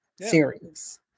series